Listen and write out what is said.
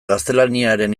gaztelaniaren